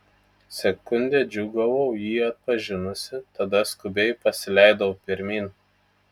sekundę džiūgavau jį atpažinusi tada skubiai pasileidau pirmyn